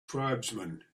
tribesmen